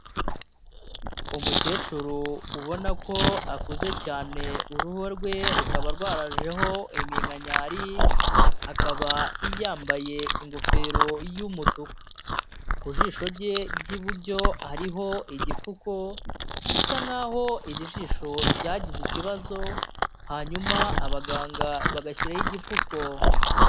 Umukecuru ubona ko akuze cyane, uruhu rwe rukaba rwarajeho iminkanyari akaba yambaye ingofero y'umutuku. Ku jisho rye ry'iburyo hariho igipfuko bisa nkaho iri jisho ryagize ikibazo, hanyuma abaganga bagashyiraho igipfuko.